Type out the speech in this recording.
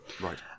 Right